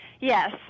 Yes